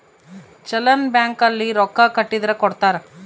challan bank ಅಲ್ಲಿ ರೊಕ್ಕ ಕಟ್ಟಿದರ ಕೋಡ್ತಾರ